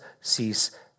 cease